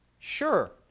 sure,